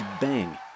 bang